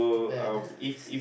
man